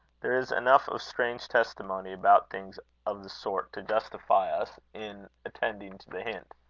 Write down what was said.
there is enough of strange testimony about things of the sort to justify us in attending to the hint.